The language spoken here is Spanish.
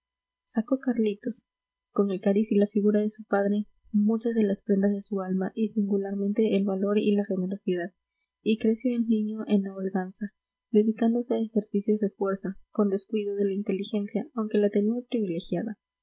sacó carlitos con el cariz y la figura de su padre muchas de las prendas de su alma y singularmente el valor y la generosidad y creció el niño en la holganza dedicándose a ejercicios de fuerza con descuido de la inteligencia aunque la